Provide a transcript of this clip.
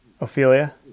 Ophelia